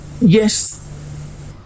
Yes